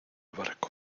barco